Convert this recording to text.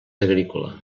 agrícola